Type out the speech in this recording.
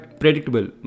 predictable